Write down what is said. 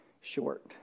short